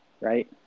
Right